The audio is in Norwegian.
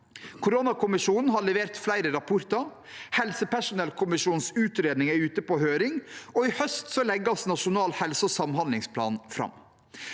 Koronakommisjonen har levert flere rapporter, helsepersonellkommisjonens utredning er ute på høring, og i høst legges Nasjonal helse- og samhandlingsplan fram.